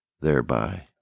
thereby